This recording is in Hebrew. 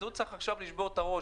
אז הוא צריך עכשיו לשבור את הראש.